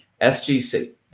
SGC